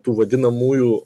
tų vadinamųjų